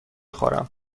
خورم